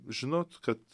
žinot kad